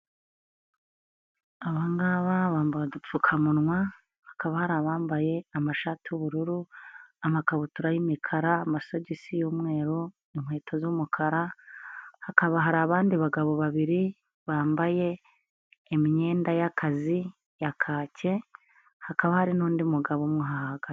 Abanga bambaye udupfukamunwa, hakaba hari abambaye amashati y'ubururu, amakabutura y'imikara, amasogisi y'umweru, inkweto z'umukara, hakaba hari abandi bagabo babiri bambaye imyenda y'akazi, ya kake hakaba hari n'undi mugabo umwe uhahagaze.